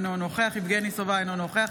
אינו נוכח יבגני סובה, אינו נוכח